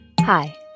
Hi